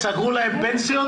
סגרו להם פנסיות?